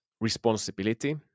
responsibility